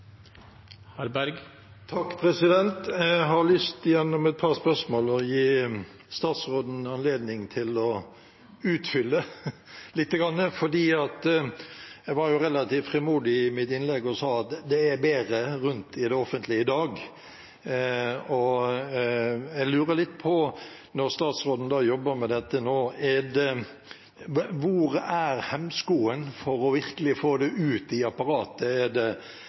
Jeg har gjennom et par spørsmål lyst til å gi statsråden anledning til å utfylle litt. Jeg var relativt frimodig i mitt innlegg og sa at det går bedre rundt i det offentlige i dag. Jeg lurer litt på, når statsråden jobber med dette nå: Hvor er hemskoen for virkelig å få det ut i apparatet? Er det kunnskap, er det